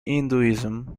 hinduism